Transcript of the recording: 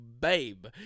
babe